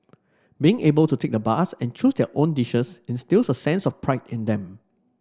being able to take the bus and choose their own dishes instils a sense of pride in them